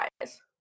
guys